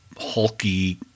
hulky